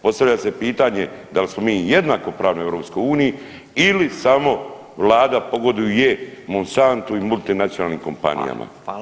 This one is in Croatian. Postavlja se pitanje da li smo mi jednakopravni u EU ili samo Vlada poguduje Monsantu i multinacionalnim kompanijama.